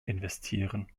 investieren